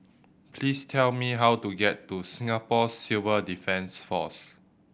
please tell me how to get to Singapore Civil Defence Force